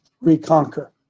reconquer